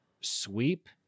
sweep